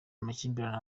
amakimbirane